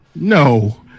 no